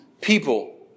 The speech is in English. people